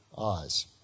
eyes